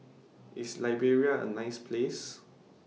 IS Liberia A nice Place